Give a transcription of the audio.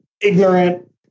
ignorant